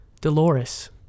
Dolores